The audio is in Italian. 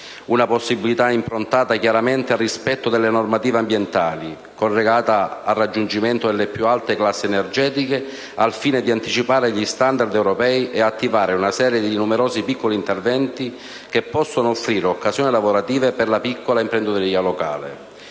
una possibilità improntata chiaramente al rispetto delle normative ambientali, collegata al raggiungimento delle più alte classi energetiche al fine di anticipare gli *standard* europei e attivare una serie di numerosi piccoli interventi che possono offrire occasioni lavorative per la piccola imprenditoria locale.